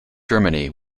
germany